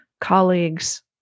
colleagues